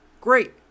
great